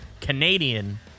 Canadian